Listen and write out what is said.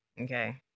Okay